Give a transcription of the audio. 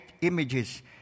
images